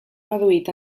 reduït